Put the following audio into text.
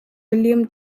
william